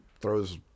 throws